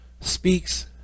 speaks